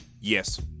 Yes